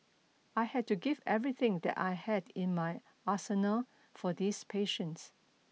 I had to give everything that I had in my arsenal for these patients